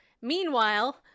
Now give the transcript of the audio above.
Meanwhile